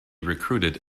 recruited